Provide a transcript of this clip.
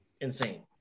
Insane